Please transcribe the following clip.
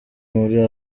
muri